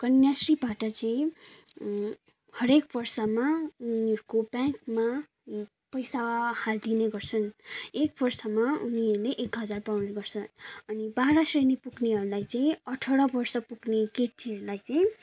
कन्याश्रीबाट चाहिँ हरेक वर्षमा उनीहरूको ब्याङ्कमा पैसा हालिदिने गर्छन् एक वर्षमा उनीहरूले एक हजार पाउने गर्छन् अनि बाह्र श्रेणी पुग्नेहरूलाई चाहिँ अठार वर्ष पुग्ने केटीहरूलाई चाहिँ